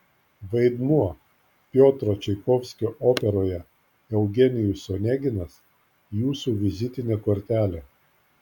vaidmuo piotro čaikovskio operoje eugenijus oneginas jūsų vizitinė kortelė